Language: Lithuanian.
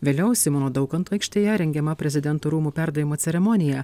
vėliau simono daukanto aikštėje rengiama prezidento rūmų perdavimo ceremonija